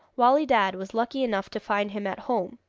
wali dad was lucky enough to find him at home,